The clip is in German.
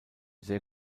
sehr